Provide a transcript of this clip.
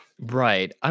Right